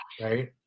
right